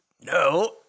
No